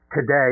today